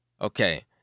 Okay